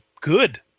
good